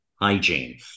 hygiene